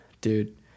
dude